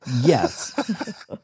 Yes